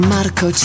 Marco